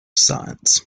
science